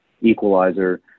equalizer